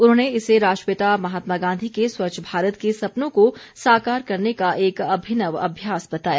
उन्होंने इसे राष्ट्रपिता महात्मा गांधी के स्वच्छ भारत के सपनों को साकार करने का एक अभिनव अभ्यास बताया